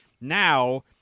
Now